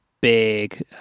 big